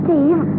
Steve